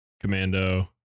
Commando